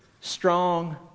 Strong